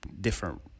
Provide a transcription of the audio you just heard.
different